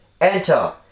Enter